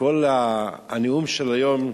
כל הנאום של היום,